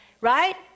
right